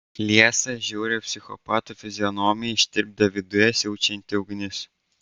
liesą žiaurią psichopato fizionomiją ištirpdė viduje siaučianti ugnis